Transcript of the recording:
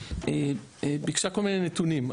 ביקשה כל מיני נתונים.